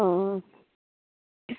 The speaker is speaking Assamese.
অঁ